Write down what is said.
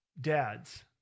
Dads